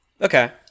Okay